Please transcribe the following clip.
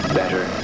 better